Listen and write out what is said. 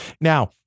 Now